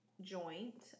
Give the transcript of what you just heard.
joint